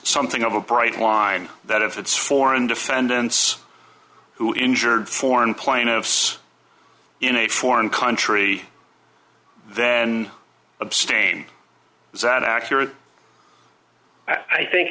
something of a bright line that if it's foreign defendants who injured foreign plaintiffs in a foreign country abstain is that accurate i think